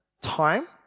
time